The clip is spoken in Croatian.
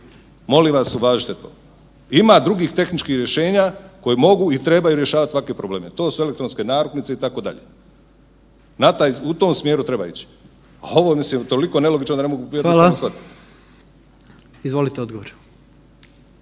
Molim vas uvažite to. Ima drugih tehničkih rješenja koje mogu i trebaju rješavati takve probleme. To su elektronske narukvice itd. u tom smjeru treba ići. A ovo je mislim toliko nelogično da ne mogu jednostavno shvatiti.